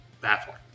baffling